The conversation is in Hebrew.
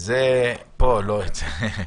זה הנהלת הוועדה.